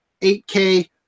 8K